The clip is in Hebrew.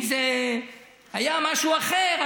אם זה היה משהו אחר,